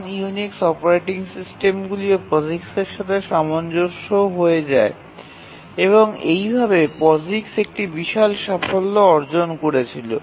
নন Unix operating সিস্টেমটিও পসিক্সের সাথে সামঞ্জস্য হয়ে যায় এবং এইভাবে পসিক্স একটি বিশাল সাফল্য অর্জন করেছিল